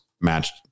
matched